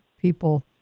people